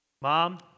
Mom